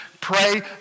pray